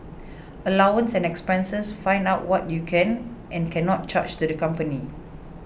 allowance and expenses find out what you can and cannot charge to the company